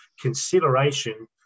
consideration